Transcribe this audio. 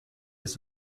ist